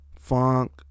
funk